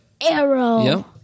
Arrow